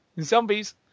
Zombies